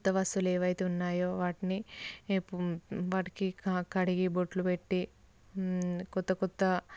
కొత్త వసువులు ఏవైతే ఉన్నాయో వాటిని వాటికి కడిగి బొట్లు పెట్టి కొత్త కొత్త